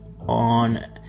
on